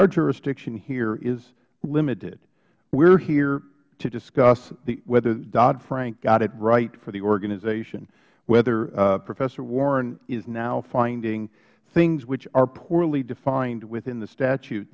our jurisdiction here is limited we are here to discuss whether doddfrank got it right for the organization whether professor warren is now finding things which are poorly defined within the statute